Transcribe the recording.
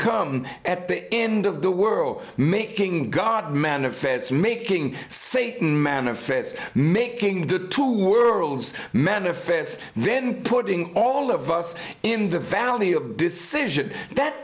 come at the end of the world making god manifest making satan manifest making the two worlds manifest then putting all of us in the valley of decision that